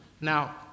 Now